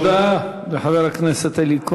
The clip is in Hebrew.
תודה לחבר הכנסת אלי כהן.